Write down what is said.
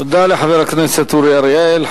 תודה לחבר הכנסת אורי אריאל.